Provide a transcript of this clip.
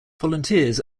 volunteers